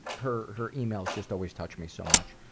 her her emails just always touch me so much.